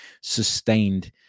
sustained